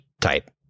type